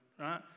right